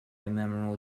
memorial